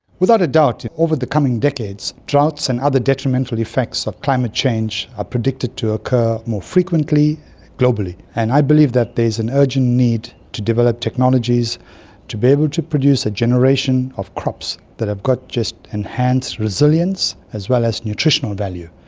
without a doubt over the coming decades, droughts and other detrimental effects of climate change are ah predicted to occur more frequently globally, and i believe that there is an urgent need to develop technologies to be able to produce a generation of crops that have got just enhanced resilience as well as nutritional value,